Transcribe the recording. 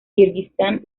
kirguistán